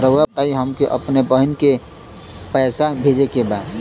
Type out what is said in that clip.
राउर बताई हमके अपने बहिन के पैसा भेजे के बा?